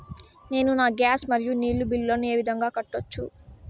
నేను నా గ్యాస్, మరియు నీరు బిల్లులను ఏ విధంగా కట్టొచ్చు?